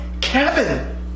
Kevin